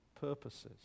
purposes